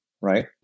right